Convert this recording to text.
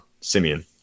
Simeon